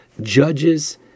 judges